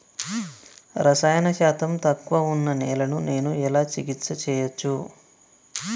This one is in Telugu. రసాయన శాతం తక్కువ ఉన్న నేలను నేను ఎలా చికిత్స చేయచ్చు?